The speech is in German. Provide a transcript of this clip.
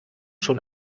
schon